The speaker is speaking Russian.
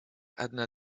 одна